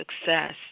success